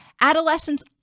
Adolescents